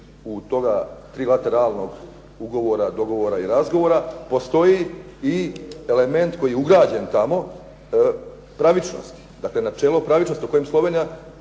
5. toga trilateralnog ugovora, dogovora i razgovora postoji i element koji je ugrađen tamo pravičnosti, dakle načelo pravičnosti na kojem Slovenija